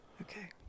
Okay